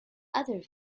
other